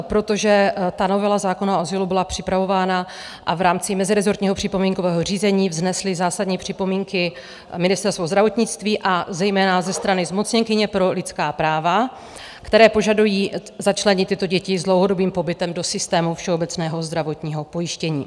Protože ta novela zákona o azylu byla připravována a v rámci mezirezortního připomínkového řízení vznesly zásadní připomínky Ministerstvo zdravotnictví, a zejména ze strany zmocněnkyně pro lidská práva, které požadují začlenit tyto děti s dlouhodobým pobytem do systému všeobecného zdravotního pojištění.